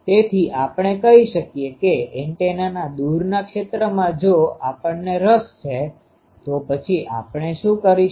તેથી આપણે કહી શકીએ કે એન્ટેનાના દૂરના ક્ષેત્રમાં જો આપણને રસ છે તો પછી આપણે શું કરીશું